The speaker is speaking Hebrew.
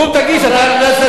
לו תוכנית מיתאר.